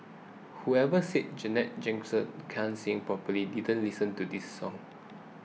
whoever said Janet Jackson can't sing probably didn't listen to this song